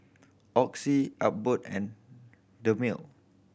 Oxy Abbott and Dermale